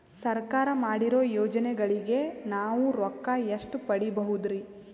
ಸರ್ಕಾರ ಮಾಡಿರೋ ಯೋಜನೆಗಳಿಗೆ ನಾವು ರೊಕ್ಕ ಎಷ್ಟು ಪಡೀಬಹುದುರಿ?